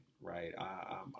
right